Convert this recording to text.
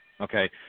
Okay